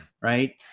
right